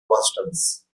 constance